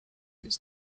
its